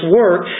work